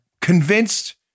convinced